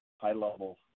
high-level